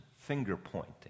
finger-pointing